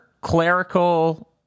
clerical